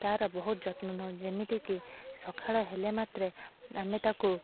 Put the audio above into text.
ତାର ବହୁତ ଯତ୍ନ ନେଉ ଯେମିତି କି ସକାଳ ହେଲେ ମାତ୍ରେ ଆମେ ତାକୁ